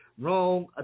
wrong